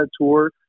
tour